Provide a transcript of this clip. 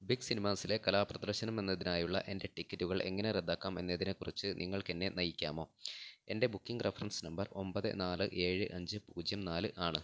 big സിനിമാസിലെ കലാപ്രദർശനം എന്നതിനായുള്ള എൻ്റെ ടിക്കറ്റുകൾ എങ്ങനെ റദ്ദാക്കാം എന്നതിനെക്കുറിച്ചു നിങ്ങൾക്ക് എന്നെ നയിക്കാമോ എൻ്റെ ബുക്കിംഗ് റഫറൻസ് നമ്പർ ഒമ്പത് നാല് ഏഴ് അഞ്ച് പൂജ്യം നാല് ആണ്